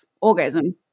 orgasm